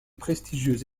prestigieuse